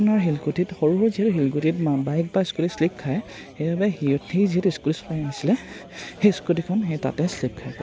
আপোনাৰ শিলগুটিত সৰু সৰু যিহেতু শিলগুটিত বা বাইক বা স্কুটিত শ্লিপ খায় সেইবাবে সি যিহেতু স্কুটি চলাই আনিছিলে সেই স্কুটিখন সেই তাতে শ্লিপ খাই